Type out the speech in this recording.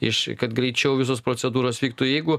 iš kad greičiau visos procedūros vyktų jeigu